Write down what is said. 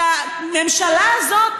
שהממשלה הזאת,